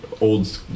old